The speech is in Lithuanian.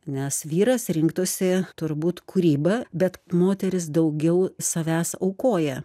nes vyras rinktųsi turbūt kūrybą bet moteris daugiau savęs aukoja